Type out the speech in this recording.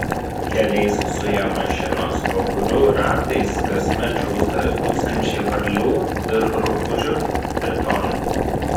keliais zuja mašinos po kurių ratais kasmet žūsta tūkstančiai varlių ir rupūžių tritonų